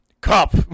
cop